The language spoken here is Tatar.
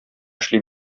эшли